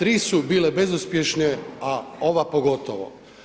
Tri su bile bezuspješne, a ova pogotovo.